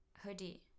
Hoodie